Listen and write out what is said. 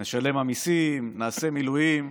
נשלם המיסים, נעשה מילואים,